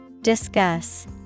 Discuss